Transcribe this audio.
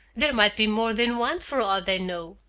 there might be more than one for aught they knew.